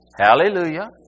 Hallelujah